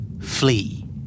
Flee